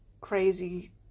crazy